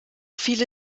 viele